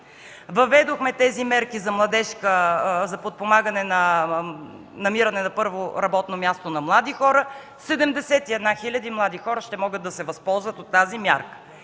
въведохме мерките за подпомагане при намиране на първо работно място на млади хора – 71 хил. млади хора ще могат да се възползват от тази мярка.